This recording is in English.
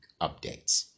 updates